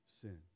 sin